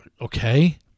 Okay